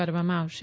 કરવામાં આવશે